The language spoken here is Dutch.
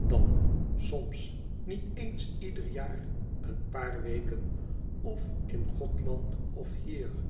dan soms niet eens ieder jaar een paar weken of in gothland of hier